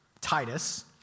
Titus